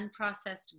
unprocessed